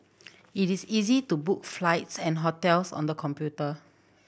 it is easy to book flights and hotels on the computer